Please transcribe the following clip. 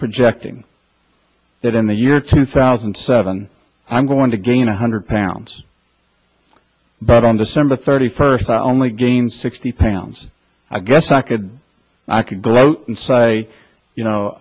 checking that in the year two thousand and seven i'm going to gain one hundred pounds but on december thirty first i only gained sixty pounds i guess i could i could gloat and say you know